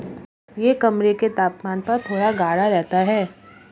यह कमरे के तापमान पर थोड़ा गाढ़ा रहता है